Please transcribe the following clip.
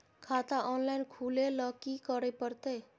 खाता ऑनलाइन खुले ल की करे परतै?